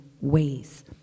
ways